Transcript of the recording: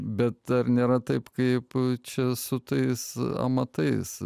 bet ar nėra taip kaip čia su tais amatais